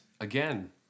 again